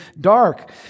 dark